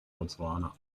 botswana